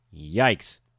Yikes